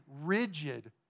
rigid